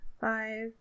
five